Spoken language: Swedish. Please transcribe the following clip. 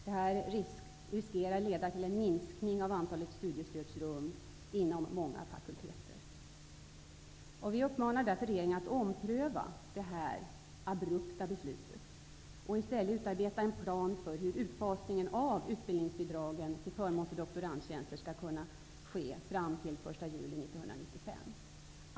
Detta riskerar att leda till en minskning av antalet studiestödsrum inom många fakulteter. Vi uppmanar därför regeringen att ompröva detta abrupta beslut och i stället utarbeta en plan för hur utfasningen av utbildningsbidrag till förmån för doktorandtjänster skall kunna ske fram till den 1 juli 1995.